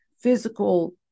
physical